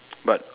but